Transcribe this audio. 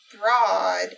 broad